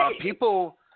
people